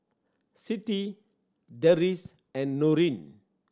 Siti Deris and Nurin